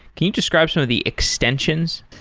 can you describe some of the extensions?